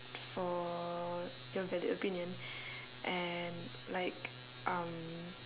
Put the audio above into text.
for your valid opinion and like um